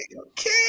Okay